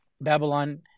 Babylon